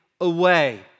away